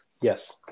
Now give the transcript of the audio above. Yes